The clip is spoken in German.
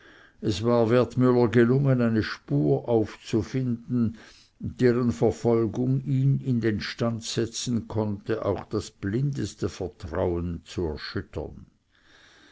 es war wertmüller gelungen eine spur aufzufinden deren verfolgung ihn in den stand setzen konnte auch das blindeste vertrauen zu erschüttern